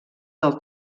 del